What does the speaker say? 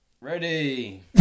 Ready